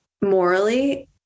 morally